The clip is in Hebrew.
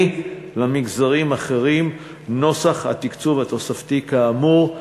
למגזרים אחרים נוסח התקצוב התוספתי כאמור".